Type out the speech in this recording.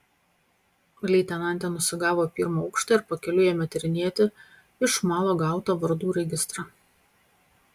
leitenantė nusigavo į pirmą aukštą ir pakeliui ėmė tyrinėti iš malo gautą vardų registrą